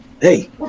Hey